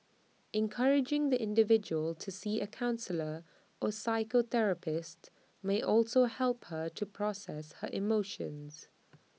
encouraging the individual to see A counsellor or psychotherapist may also help her to process her emotions